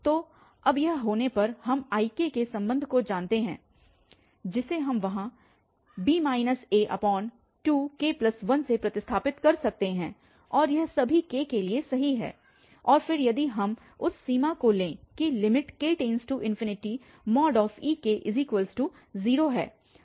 तो अब यह होने पर हम Ikके संबंध को जानते हैं जिसे हम वहाँ 2k1 से प्रतिस्थापित कर सकते हैं और यह सभी k के लिए सही है और फिर यदि हम उस सीमा को लें की ek0 हैं